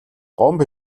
гомбо